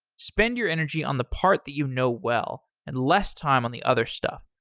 spend your energy on the part that you know well and less time on the other stuff.